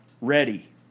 ready